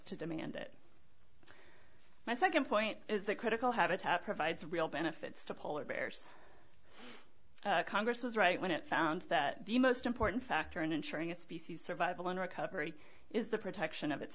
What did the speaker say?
to demand it my second point is that critical habitat provides real benefits to polar bears congress was right when it found that the most important factor in ensuring a species survival and recovery is the protection of its